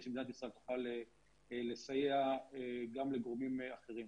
שמדינת ישראל תוכל לסייע גם לגורמים אחרים.